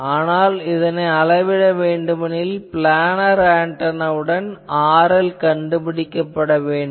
ஆனால் இதனை அளவிட வேண்டுமெனில் ப்ளானார் ஆன்டெனாவுடன் RL கண்டுபிடிக்க வேண்டும்